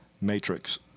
Matrix